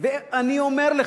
אני אומר לך,